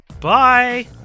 Bye